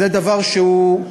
זה דבר שהוא,